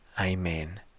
Amen